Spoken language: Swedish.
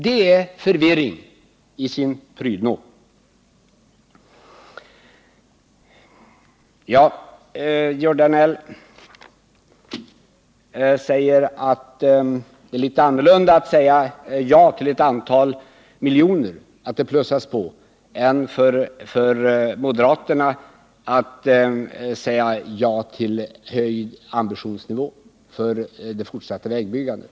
Det är förvirring i sin prydno! Georg Danell säger att det är litet annorlunda att säga ja till att ett antal miljoner plussas på än att som moderaterna säga ja till höjd ambitionsnivå för det fortsatta vägbyggandet.